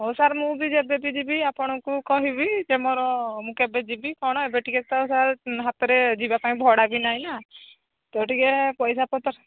ହଉ ସାର୍ ମୁଁ ବି ଯେବେ ବି ଯିବି ଆପଣଙ୍କୁ କହିବି ଯେ ମୋର ମୁଁ କେବେ ଯିବି କ'ଣ ଏବେ ଟିକେ ତ ସାର୍ ହାତରେ ଯିବା ପାଇଁ ଭଡ଼ା ବି ନାହିଁ ନା ତ ଟିକେ ପଇସା ପତ୍ର